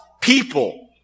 people